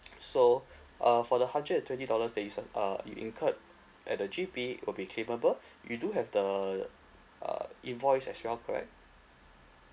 so uh for the hundred and twenty dollars that you uh you incurred at the G_P would be claimable you do have the uh invoice as well correct